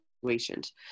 situations